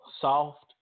soft